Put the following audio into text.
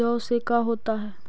जौ से का होता है?